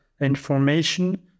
information